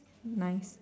nice